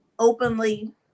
Openly